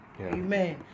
Amen